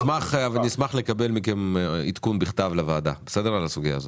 אני אשמח לקבל מכם עדכון בכתב לוועדה על הסוגייה הזאת.